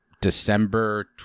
December